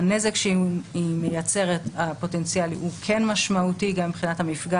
הנזק הפוטנציאלי שהיא מייצרת הוא כן משמעותי גם מבחינת המפגע